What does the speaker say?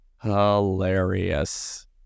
Hilarious